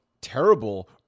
terrible